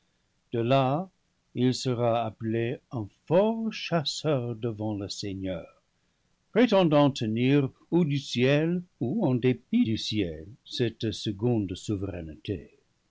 de là il sera appelé un fort chasseur devant le seigneur prétendant tenir ou du ciel ou en dépit du ciel cette seconde souveraineté